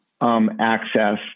access